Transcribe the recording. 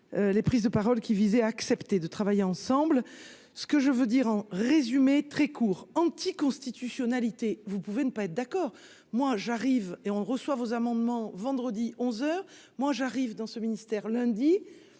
les prises de parole qui visait à accepter de travailler ensemble, ce que je veux dire en résumé très court : anticonstitutionnalité, vous pouvez ne pas être d'accord, moi j'arrive et on reçoit vos amendements vendredi 11 heures moi j'arrive dans ce midi.